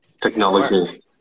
technology